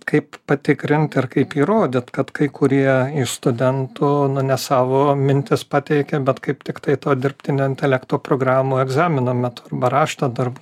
kaip patikrint ar kaip įrodyt kad kai kurie iš studentų ne savo mintis pateikia bet kaip tiktai to dirbtinio intelekto programų egzamino metu arba rašto darbų